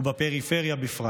ובפריפריה בפרט.